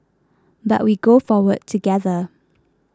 but we go forward together